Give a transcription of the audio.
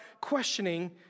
questioning